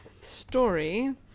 story